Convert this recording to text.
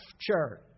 Church